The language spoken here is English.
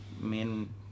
main